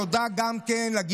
תודה גם לגב'